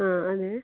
ആ അതെ